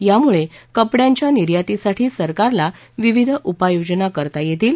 यामुळे कपड्यांच्या निर्यातीसाठी सरकारला विविध उपायोजना करता येईल